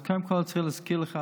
אז קודם כול אני רוצה להזכיר לך,